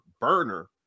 burner